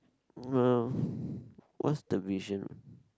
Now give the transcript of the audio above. what's the vision